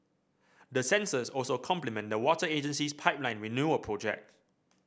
the sensors also complement the water agency's pipeline renewal project